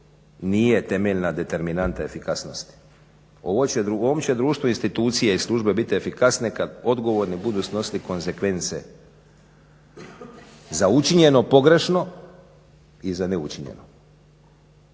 nije temeljna determinanta efikasnosti. U ovom će društvu institucije i službe biti efikasne kada odgovorni budu snosili konsekvence za učinjeno pogrešno i za ne učinjeno.